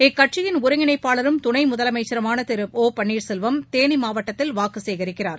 இக்கட்சியின் ஒருங்கிணைப்பாளரும் துணை முதலமைச்சருமான திரு ஒ பன்னீர்செல்வம் தேனி மாவட்டத்தில் வாக்கு சேகரிக்கிறார்